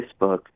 Facebook